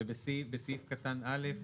ובסעיף קטן א',